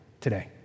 today